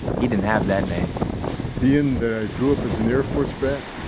he didn't have that name being that i grew up as an air force brat,